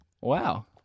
Wow